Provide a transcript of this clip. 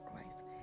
Christ